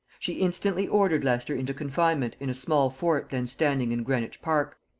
she instantly ordered leicester into confinement in a small fort then standing in greenwich park,